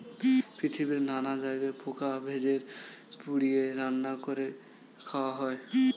পৃথিবীর নানা জায়গায় পোকা ভেজে, পুড়িয়ে, রান্না করে খাওয়া হয়